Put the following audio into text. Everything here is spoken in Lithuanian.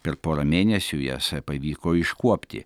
per porą mėnesių jas pavyko iškuopti